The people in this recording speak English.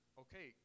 okay